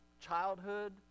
childhood